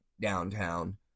downtown